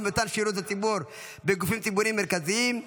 במתן שירות לציבור בגופים ציבוריים מרכזיים.